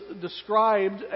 described